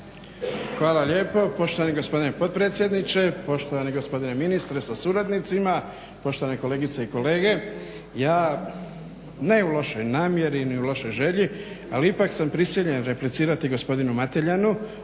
Hvala lijepo poštovani gospodine potpredsjedniče, poštovani gospodine ministre sa suradnicima, poštovane kolegice i kolege. Ja ne u lošoj namjeri ni u lošoj želji, ali ipak sam prisiljen replicirati gospodinu Mateljanu